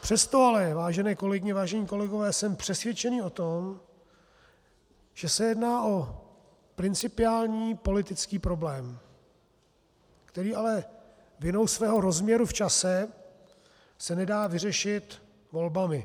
Přesto ale, vážené kolegyně, vážení kolegové, jsem přesvědčen o tom, že se jedná o principiální politický problém, který ale vinou svého rozměru v čase se nedá vyřešit volbami.